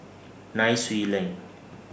Nai Swee Leng